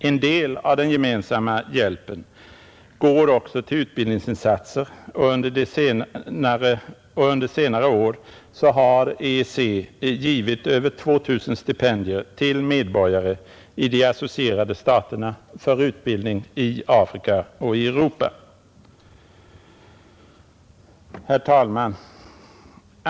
En del av den gemensamma hjälpen går också till utbildningsinsatser, och under senare år har EEC givit över 2 000 stipendier till medborgare i de associerade staterna för utbildning i Afrika eller i Europa. Herr talman!